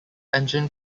engine